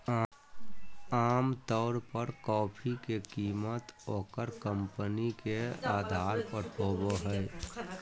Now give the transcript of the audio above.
आमतौर पर कॉफी के कीमत ओकर कंपनी के अधार पर होबय हइ